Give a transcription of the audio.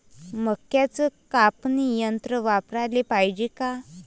मक्क्याचं कापनी यंत्र वापराले पायजे का?